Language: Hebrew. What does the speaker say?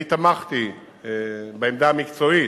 אני תמכתי בעמדה המקצועית.